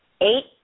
eight